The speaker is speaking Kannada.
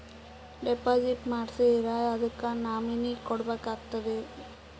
ಡಿಪಾಜಿಟ್ ಮಾಡ್ಸಿದ್ರ ಅದಕ್ಕ ನಾಮಿನಿ ಕೊಡಬೇಕಾಗ್ತದ್ರಿ?